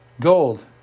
gold